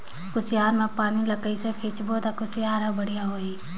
कुसियार मा पानी ला कइसे सिंचबो ता कुसियार हर बेडिया होही?